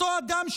אותו אדם,